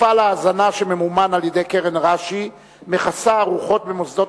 מפעל ההזנה שממומן על-ידי קרן רש"י מכסה ארוחות במוסדות